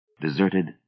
deserted